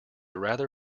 rather